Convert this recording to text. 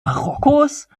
marokkos